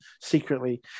secretly